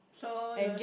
so your